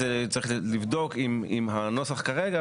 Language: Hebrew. צריך לבדוק אם הנוסח כרגע,